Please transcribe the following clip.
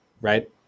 Right